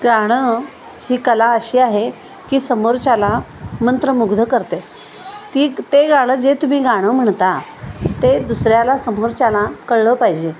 गाणं ही कला अशी आहे की समोरच्याला मंत्रमुग्ध करते ती ते गाणं जे तुम्ही गाणं म्हणता ते दुसऱ्याला समोरच्याना कळलं पाहिजे